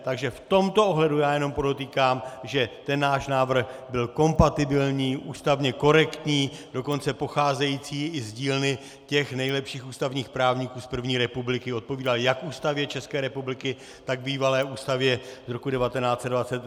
Takže v tomto ohledu já jenom podotýkám, že ten náš návrh byl kompatibilní, ústavně korektní, dokonce pocházející i z dílny těch nejlepších ústavních právníků z první republiky, odpovídal jak Ústavě České republiky, tak bývalé ústavě z roku 1920.